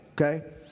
okay